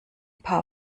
paar